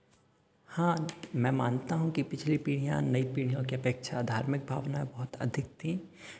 हाँ मैं मानता हूँ कि पिछली पीढ़ियाँ नई पीढ़ियों के अपेक्षा धार्मिक भावना बहुत अधिक थी